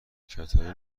کتانی